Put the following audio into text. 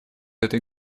этой